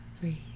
three